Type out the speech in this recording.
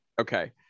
Okay